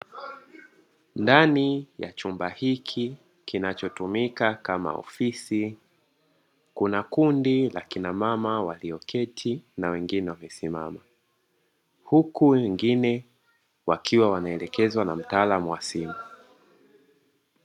Ndani ya chumba hiki kinachotumika kama ofisi kuna kundi la kina mama waliyoketi na wengine wamesimama, huku wengine wakiwa wanaelekezwa na mtaalamu wa simu.